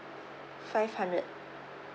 five hundred